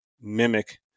mimic –